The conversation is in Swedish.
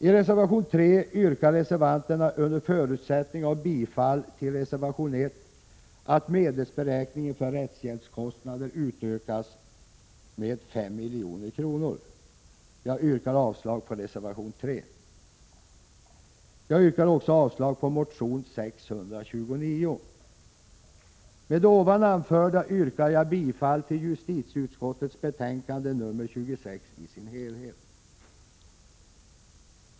I reservation 3 yrkar reservanterna under förutsättning av bifall till reservation 1 att medelsberäkningen för rättshjälpskostnader utökas med 5 milj.kr. Jag avstyrker bifall även till reservation 3 och motion Ju629. Med det anförda yrkar jag bifall till justitieutskottets hemställan i betänkande 26 i dess helhet.